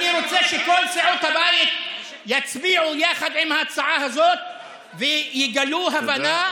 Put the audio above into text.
אני רוצה שכל סיעות הבית יצביעו יחד עם ההצעה הזאת ויגלו הבנה,